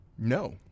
No